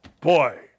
Boy